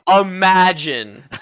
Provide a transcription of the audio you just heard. Imagine